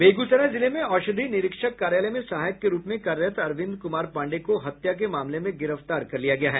बेगूसराय जिले में औषधि निरीक्षक कार्यालय में सहायक के रूप में कार्यरत अरविंद कुमार पांडेय को हत्या के मामले में गिरफ्तार किया गया है